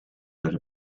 that